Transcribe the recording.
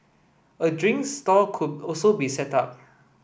a drink stall could also be set up